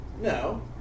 No